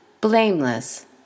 blameless